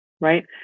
right